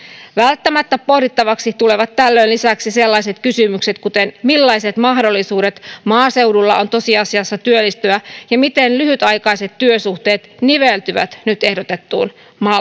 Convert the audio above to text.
välttämättä pohdittavaksi tulevat tällöin lisäksi sellaiset kysymykset kuten millaiset mahdollisuudet maaseudulla on tosiasiassa työllistyä ja miten lyhytaikaiset työsuhteet niveltyvät nyt ehdotettuun malliin